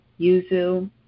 yuzu